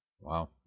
Wow